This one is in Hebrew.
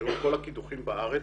תראו, כל הקידוחים בארץ,